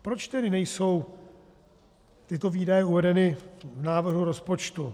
Proč tedy nejsou tyto výdaje uvedeny v návrhu rozpočtu?